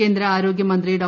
കേന്ദ്ര ആരോഗ്യമന്ത്രി ഡോ